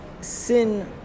sin